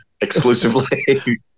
exclusively